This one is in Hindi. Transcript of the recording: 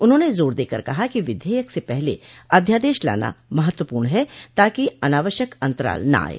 उन्होंने जोर देकर कहा कि विधेयक से पहले अध्यादेश लाना महत्वपूर्ण है ताकि अनावश्यक अंतराल न आये